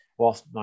whilst